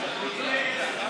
אבל זה נסגר.